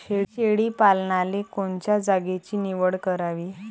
शेळी पालनाले कोनच्या जागेची निवड करावी?